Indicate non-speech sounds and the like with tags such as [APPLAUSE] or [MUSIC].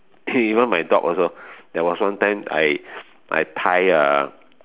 [COUGHS] even my dog also there was one time I I tie a